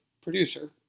producer